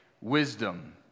wisdom